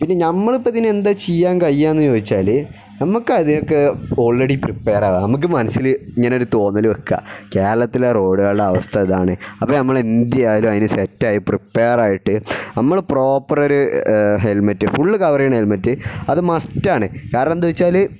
പിന്നെ നമ്മളിപ്പം ഇതിന് എന്താണ് ചെയ്യാൻ കഴിയുക എന്ന് ചോദിച്ചാൽ നമ്മൾക്ക് അതിനൊക്കെ ഓൾറെഡി പ്രിപ്പെയറ ആവുക നമുക്ക് മനസ്സിൽ ഇങ്ങനെ ഒരു തോന്നൽ വയ്ക്കുക കേരളത്തിലെ റോഡുകള അവസ്ഥ ഇതാണ് അപ്പം നമ്മൾ എന്തായാലും അതിന് സെറ്റായി പ്രിപ്പെയറായിട്ട് നമ്മൾ പ്രോപ്പർ ഒരു ഹെൽമെറ്റ് ഫുള്ള് കവർ ചെയ്യുന്ന ഹെൽമെറ്റ് അത് മസ്റ്റാണ് കാരണം എന്താണെന്ന് വച്ചാൽ